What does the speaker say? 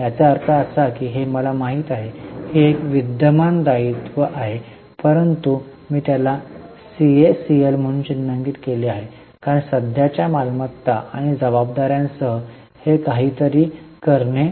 याचा अर्थ असा की हे मला माहित आहे की ही एक विद्यमान दायित्व आहे परंतु मी त्याला सीएसीएल म्हणून चिन्हांकित केले आहे कारण सध्याच्या मालमत्ता आणि जबाबदा ्यांसह हे काहीतरी करणे